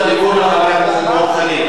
רשות הדיבור לחבר הכנסת דב חנין.